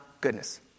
goodness